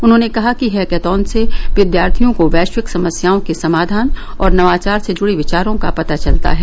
उन्होंने कहा कि हैकेथॉन से विद्यार्थियों को वैश्विक समस्याओं के समाधान और नवाचार से जुड़े विवारों का पता चलता है